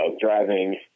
driving